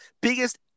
biggest